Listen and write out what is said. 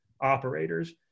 operators